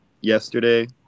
yesterday